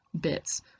bits